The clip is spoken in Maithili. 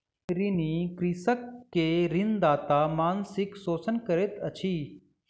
ऋणी कृषक के ऋणदाता मानसिक शोषण करैत अछि